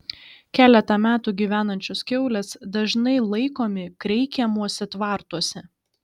keletą metų gyvenančios kiaulės dažnai laikomi kreikiamuose tvartuose